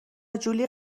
جولی